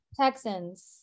Texans